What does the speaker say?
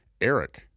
Eric